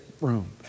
room